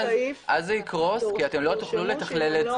אז זה יקרוס כי אתם לא תוכלו לתכלל את זה.